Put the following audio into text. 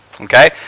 Okay